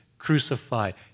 Crucified